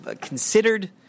considered